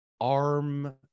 arm